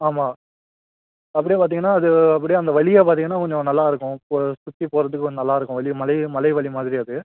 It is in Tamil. ஆமாம் அப்படியே பார்த்திங்கன்னா அது அப்படியே அந்த வெளியே பார்த்திங்கன்னா கொஞ்சம் நல்லா இருக்கும் போ சுற்றி போகிறதுக்கு கொஞ்சம் நல்லா இருக்கும் வழி மலை வழி மாதிரி அது